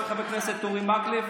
של חבר הכנסת אורי מקלב,